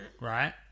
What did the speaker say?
Right